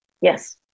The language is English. Yes